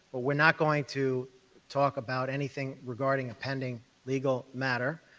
but we're not going to talk about anything regarding a pending legal matter,